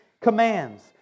Commands